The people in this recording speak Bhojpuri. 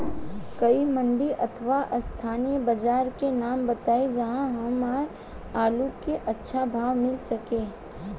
कोई मंडी अथवा स्थानीय बाजार के नाम बताई जहां हमर आलू के अच्छा भाव मिल सके?